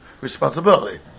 responsibility